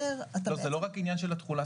זה לא רק עניין של התחולה,